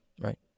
right